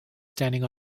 standing